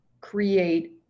create